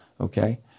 Okay